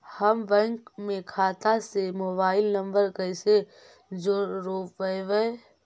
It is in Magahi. हम बैंक में खाता से मोबाईल नंबर कैसे जोड़ रोपबै?